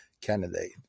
candidate